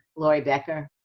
lori becker.